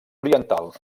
oriental